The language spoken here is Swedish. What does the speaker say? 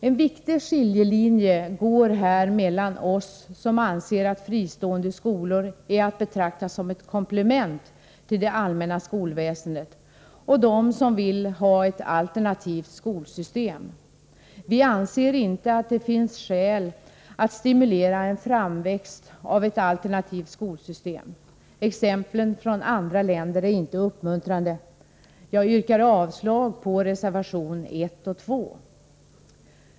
En viktig skiljelinje går här mellan oss som anser att fristående skolor är att betrakta som komplement till det allmänna skolväsendet och dem som vill ha ett alternativt skolsystem. Vi anser inte att det finns skäl att stimulera en framväxt av ett alternativt skolsystem. Exemplen från andra länder är inte uppmuntrande. Jag yrkar avslag på reservation 1 och 2.